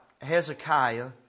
Hezekiah